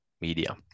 media